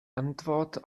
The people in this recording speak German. antwort